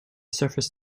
surface